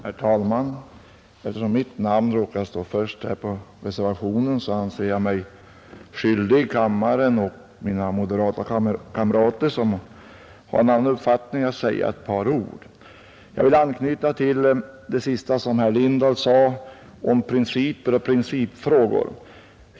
Herr talman! Eftersom mitt namn råkar stå först på reservationen, anser jag mig skyldig kammaren och mina moderata kamrater, som har en annan uppfattning, att säga några ord. Jag vill anknyta till det sista som herr Lindahl sade om principer och principfrågor.